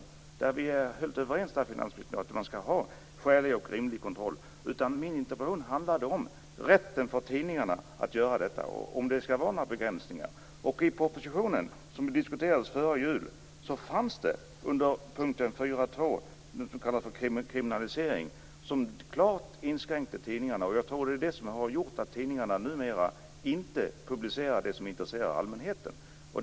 Finansministern och jag är helt överens om att man skall ha en skälig och rimlig kontroll. Min interpellation handlade om rätten för tidningarna att göra detta och om det skall vara några begränsningar. I propositionen som diskuterades före jul fanns det under punkten 4.2 något som kallas för kriminalisering. Där inskränks klart tidningarnas möjligheter. Jag tror att det är det som har gjort att tidningarna numera inte publicerar det som intresserar allmänheten.